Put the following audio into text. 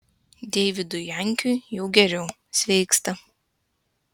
deividui jankiui jau geriau sveiksta